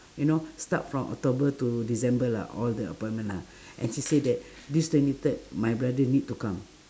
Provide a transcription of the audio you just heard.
you know start from october to december lah all the appointment lah and she say that this twenty third my brother need to come